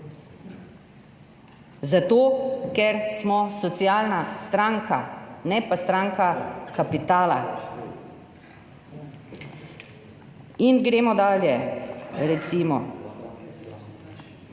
zato, ker smo socialna stranka, ne pa stranka kapitala. Gremo dalje. Zdaj recimo